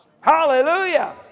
Hallelujah